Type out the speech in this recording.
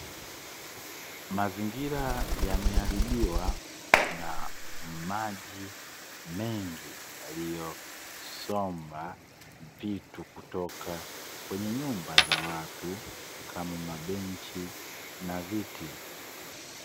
Mazingira yameharibiwa na maji mengi yaliyosomba vitu kutoka kwenye nyumba za watu, kama mabenchi na viti.